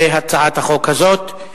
בהצעת החוק הזאת.